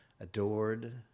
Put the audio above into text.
adored